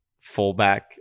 fullback